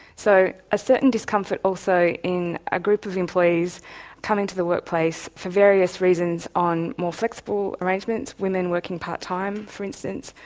so a certain discomfort also in a group of employees coming to the workplace for various reasons on more flexible arrangements, women working part-time, for instance,